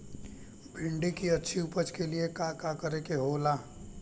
भिंडी की अच्छी उपज के लिए का का करे के होला?